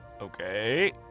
Okay